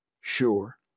sure